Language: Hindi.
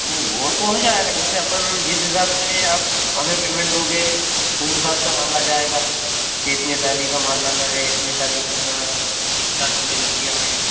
नहीं वो तो हो जाएगा जैसे अपन जिस हिसाब से आप हमें पेमेंट दोगे उस हिसाब से माल आ जाएगा कि इतनी ट्राली का माल लाना है इतनी ट्राली करना इतना समय लग गया है